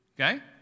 Okay